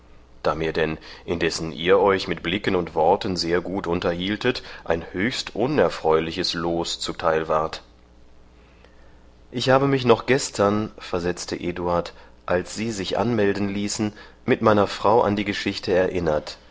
da mir denn indessen ihr euch mit blicken und worten sehr gut unterhieltet ein höchst unerfreuliches los zuteil ward ich habe mich noch gestern versetzte eduard als sie sich anmelden ließen mit meiner frau an die geschichte erinnert